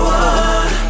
one